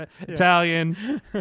Italian